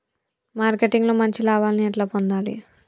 Marketing లో మంచి లాభాల్ని ఎట్లా పొందాలి?